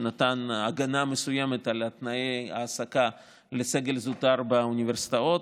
שנתן הגנה מסוימת לתנאי העסקה לסגל זוטר באוניברסיטאות,